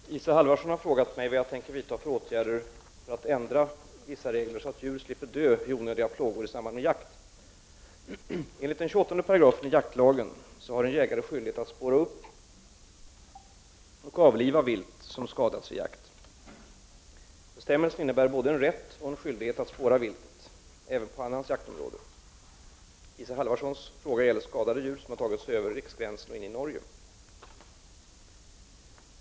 Herr talman! Isa Halvarsson har frågat mig vad jag tänker vidta för åtgärder för att ändra vissa regler så att djur slipper dö i onödiga plågor i samband med jakt. Enligt 28§ jaktlagen har en jägare skyldighet att spåra upp och avliva vilt som skadats vid jakt. Bestämmelsen innebär både en rätt och en skyldighet att spåra viltet även på annans jaktområde. Isa Halvarssons fråga gäller skadade djur som tagit sig över riksgränsen och in i Norge.